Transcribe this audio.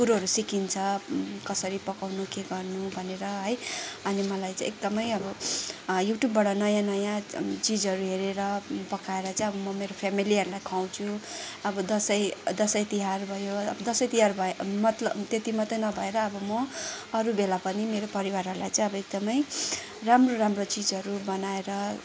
कुरोहरू सिकिन्छ कसरी पकाउनु के गर्नु भनेर है अनि मलाई चाहिँ एकदमै अब युट्युबबाट नयाँ नयाँ चिजहरू हेरेर पकाएर चाहिँ अब म मेरो फेमिलीहरूलाई खुवाउँछु अब दसैँ दसैँ तिहार भयो दसैँ तिहार भयो मतलब त्यति मात्रै नभएर अब म अरू बेला पनि मेरो परिवारलाई चाहिँ एकदमै राम्रो राम्रो चिजहरू बनाएर